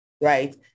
right